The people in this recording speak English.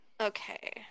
Okay